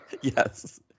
Yes